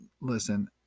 listen